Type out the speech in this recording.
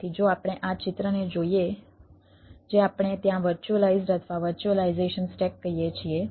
તેથી જો આપણે આ ચિત્રને જોઈએ જે આપણે ત્યાં વર્ચ્યુઅલાઈઝ્ડ અથવા વર્ચ્યુઅલાઈઝેશન સ્ટેક કહીએ છીએ